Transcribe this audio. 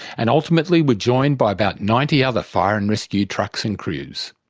and ultimately were joined by about ninety other fire and rescue trucks and crews.